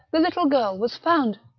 the little girl was found,